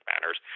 matters